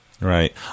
Right